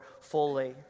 fully